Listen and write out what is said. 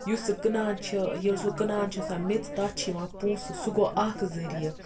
یُس سُہ کٕنان چھُ ییٚلہِ سُہ کٕنان چھِ سۄ میٚژ تَتھ چھِ یِوان پونٛسہٕ سُہ گوٚو اکھ ذٔریعہ